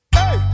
hey